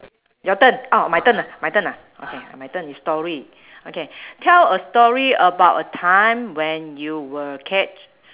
your turn orh my turn ah my turn ah okay my turn is story okay tell a story about a time when you were catch